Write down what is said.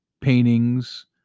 paintings